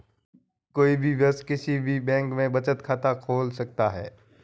कोई भी वयस्क किसी भी बैंक में बचत खाता खोल सकता हैं